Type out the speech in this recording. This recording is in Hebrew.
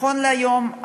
נכון להיום,